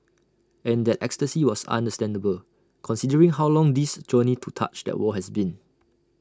and that ecstasy was understandable considering how long this journey to touch that wall has been